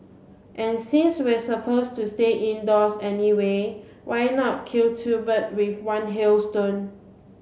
and since we supposed to stay indoors anyway why not kill two bird with one hailstone